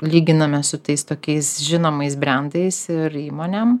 lyginamės su tais tokiais žinomais brendais ir įmonėm